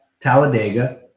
Talladega